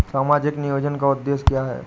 सामाजिक नियोजन का उद्देश्य क्या है?